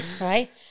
Right